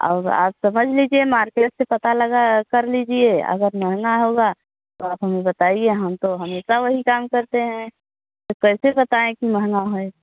और आप समझिए कि ये मार्केट से पता लगा है कर लीजिए अगर महँगा होगा तो आप हमें बताईए हम तो हमेशा वही काम करते हैं तो कएसे बताएँ कि महँगा होए